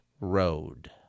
road